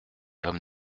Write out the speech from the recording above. homme